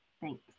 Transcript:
Thanks